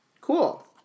Cool